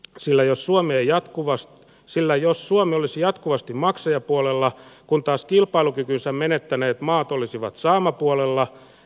sillä jos voimme jatkuvasti sillä jos suomi olisi jatkuvasti maksajapuolella kun taas kilpailukykynsä menettäneet maat olisivat saamapuolella